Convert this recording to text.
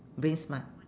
brain smart